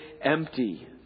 empty